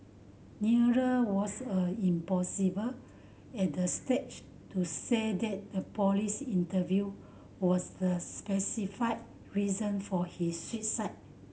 neither was a impossible at this stage to say that the police interview was the specify reason for his suicide